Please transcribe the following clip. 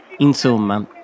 Insomma